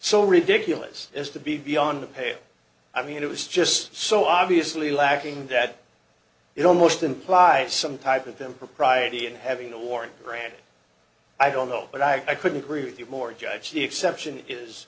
so ridiculous as to be beyond the pale i mean it was just so obviously lacking that it almost implied some type of them propriety and having a warrant granted i don't know but i couldn't agree with you more judge the exception is